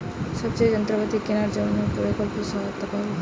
সেচের যন্ত্রপাতি কেনার জন্য কি প্রকল্পে সহায়তা পাব?